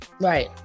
Right